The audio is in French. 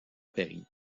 paris